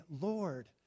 Lord